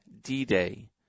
D-Day